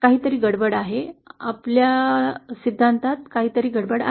काहीतरी गडबड आहे आपल्या सिद्धांतात काहीतरी गडबड आहे